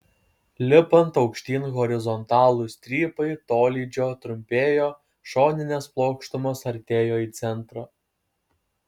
lipant aukštyn horizontalūs strypai tolydžio trumpėjo šoninės plokštumos artėjo į centrą